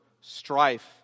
strife